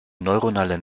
neuronale